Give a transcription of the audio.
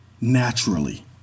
naturally